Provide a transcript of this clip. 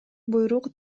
буйрук